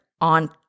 on